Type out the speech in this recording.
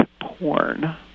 porn